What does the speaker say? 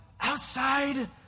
outside